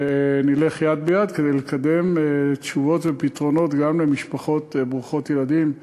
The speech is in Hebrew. ונלך יד ביד כדי לקדם תשובות ופתרונות גם למשפחות ברוכות ילדים.